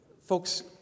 Folks